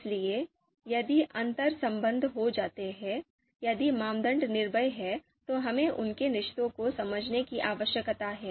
इसलिए यदि अंतरसंबंध हो सकते हैं यदि मानदंड निर्भर हैं तो हमें उनके रिश्तों को समझने की आवश्यकता है